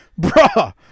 bruh